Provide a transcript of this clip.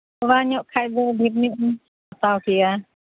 ᱛᱷᱚᱲᱟ ᱧᱚᱜ ᱠᱷᱟᱱ ᱫᱚ ᱰᱷᱮᱨᱧᱚᱜ ᱤᱧ ᱦᱟᱛᱟᱣ ᱠᱮᱭᱟ